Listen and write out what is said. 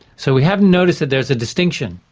so we haven't noticed that there's a distinction.